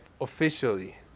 officially